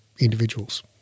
individuals